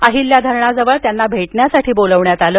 अहिल्या धरणाजवळ त्यांना भेटण्यासाठी बोलावण्यात आले